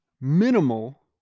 minimal